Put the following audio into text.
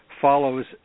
follows